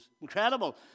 Incredible